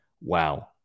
wow